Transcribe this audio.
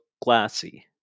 glassy